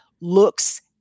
looks